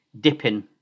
dipping